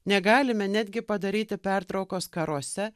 negalime netgi padaryti pertraukos karuose